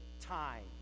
time